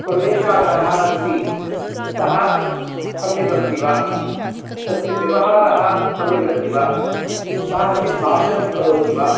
प्रवेशार्हः अस्ति सः सम्यगस्ति वा तस्य व्यवहारः सम्यगस्ति वा सः सम्यग् भाषणं करोति वा